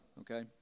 okay